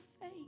faith